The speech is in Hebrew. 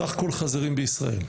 סך כל החזירים בישראל?